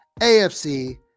AFC